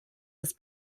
des